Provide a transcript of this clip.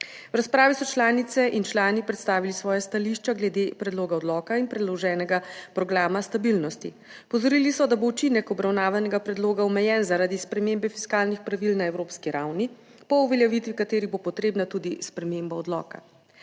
V razpravi so članice in člani predstavili svoja stališča glede predloga odloka **38. TRAK: (NB) - 12.55** (Nadaljevanje) in predloženega programa stabilnosti, opozorili so, da bo učinek obravnavanega predloga omejen zaradi spremembe fiskalnih pravil na evropski ravni, po uveljavitvi katerih bo potrebna tudi sprememba odloka.